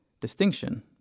distinction